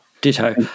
ditto